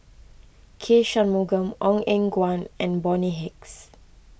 K Shanmugam Ong Eng Guan and Bonny Hicks